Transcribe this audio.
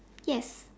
yes